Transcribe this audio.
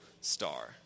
star